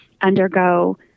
undergo